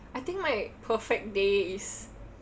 I think my perfect day is